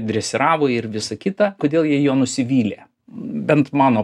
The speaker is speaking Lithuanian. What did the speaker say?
dresiravo ir visa kita kodėl jie juo nusivylė bent mano